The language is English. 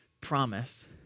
promise